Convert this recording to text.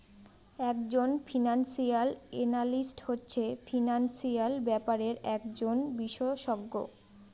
এক জন financial analyst হচ্ছে ফিনান্সিয়াল ব্যাপারের একজন বিশষজ্ঞ